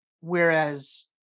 Whereas